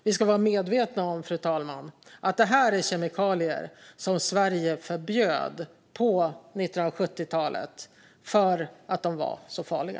Vi ska vara medvetna om, fru talman, att detta är kemikalier som Sverige förbjöd på 1970-talet för att de var så farliga.